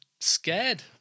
scared